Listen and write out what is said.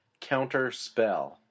counterspell